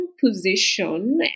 position